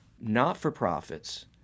not-for-profits